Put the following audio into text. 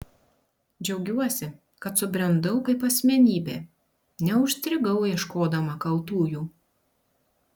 džiaugiuosi kad subrendau kaip asmenybė neužstrigau ieškodama kaltųjų